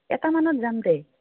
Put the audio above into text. এটামানত যাম দে